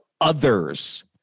others